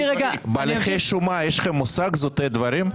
--- בהליכי שומה יש לכם מושג זוטי דברים?